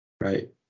right